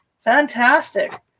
Fantastic